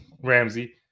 Ramsey